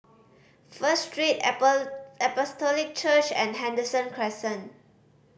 First Street Church and Henderson Crescent